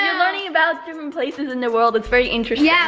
yeah learning about different places in the world, it's very interesting! yeah